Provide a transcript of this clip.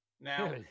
Now